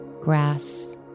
grass